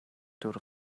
дүр